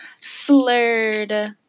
slurred